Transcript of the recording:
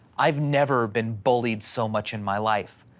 i've never been bullied so much in my life,